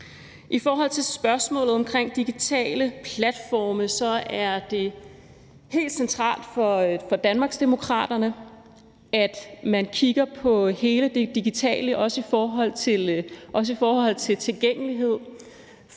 I forhold til spørgsmålet omkring digitale platforme er det helt centralt for Danmarksdemokraterne, at man kigger på hele det digitale område, også i forhold til tilgængelighed,